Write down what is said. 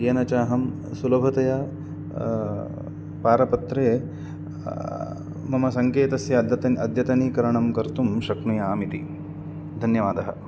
येन च अहं सुलभतया पारपत्रे मम सङ्केतस्य अद्यतन अद्यतनीकरणं कर्तुं शक्नुयामिति धन्यवादः